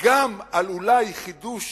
גם על, אולי, חידוש